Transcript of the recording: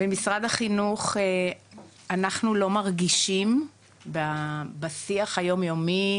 במשרד החינוך, אנחנו לא מרגישים בשיח היומיומי,